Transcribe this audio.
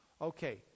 Okay